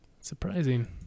Surprising